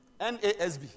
NASB